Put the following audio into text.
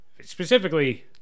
specifically